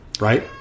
right